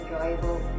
enjoyable